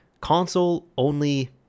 console-only